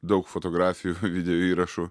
daug fotografijų video įrašų